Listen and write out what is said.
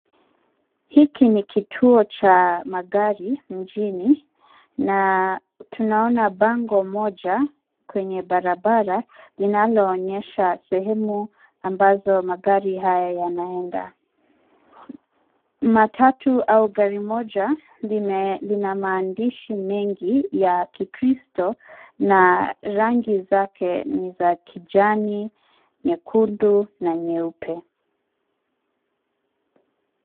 Hiki ni kituo cha magari mjini na tunaona bango moja kwenye barabara linaloonyesha sehemu ambazo magari haya yanaenda. Matatu au gari moja lime- lina maandishi mengi ya kikristo na rangi zake ni za kijani, nyekundu na nyeupe.